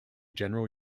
general